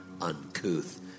uncouth